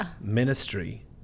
Ministry